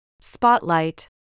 Spotlight